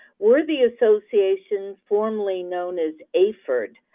we're the association formerly known as aahperd,